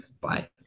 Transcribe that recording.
Bye